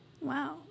Wow